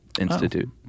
Institute